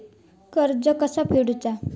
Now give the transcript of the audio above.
कर्ज कसा फेडुचा?